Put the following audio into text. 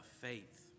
faith